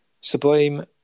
Sublime